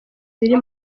ziri